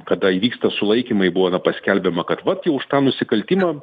kada įvyksta sulaikymai būna paskelbiama kad vat jau už tą nusikaltimą